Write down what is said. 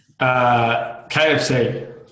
KFC